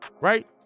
right